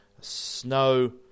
Snow